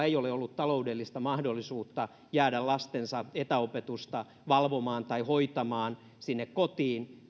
ei ole ollut taloudellista mahdollisuutta jäädä lastensa etäopetusta valvomaan tai hoitamaan sinne kotiin